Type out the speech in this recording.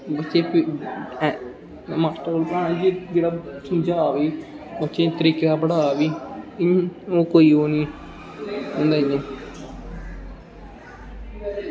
बच्चे समझ आवा दी ते तरीके दा पढ़ा दी हून ओह् केईं बारी